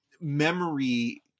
memory